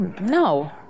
no